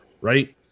right